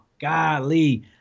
golly